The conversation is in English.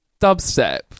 dubstep